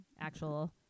actual